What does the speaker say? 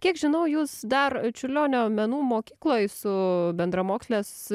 kiek žinau jūs dar čiurlionio menų mokykloj su bendramokslias